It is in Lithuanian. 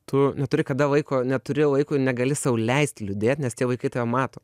tu neturi kada laiko neturi laiko negali sau leist liūdėt nes tie vaikai tave mato